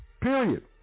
Period